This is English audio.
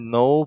no